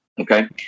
Okay